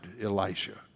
Elisha